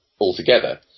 altogether